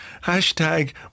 Hashtag